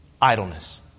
Idleness